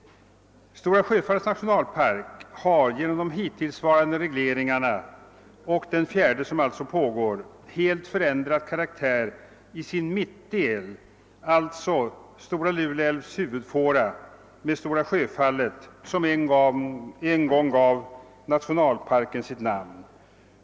Stora Sjöfallets nationalpark har genom de hittillsvarande regleringarna och den fjärde, som alltså pågår, helt förändrat karaktär i sin mellersta del, alltså Stora Lule älvs huvudfåra med Stora Sjöfallet, som en gång gav nationalparken dess namn.